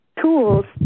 tools